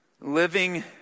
Living